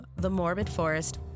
themorbidforest